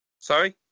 Sorry